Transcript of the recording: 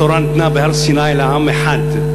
התורה ניתנה בהר-סיני לעם אחד,